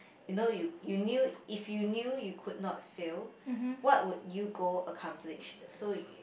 you know you you knew if you knew you could not fail what would you go accomplish so you